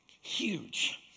Huge